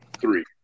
three